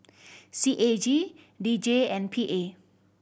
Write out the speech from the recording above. C A G D J and P A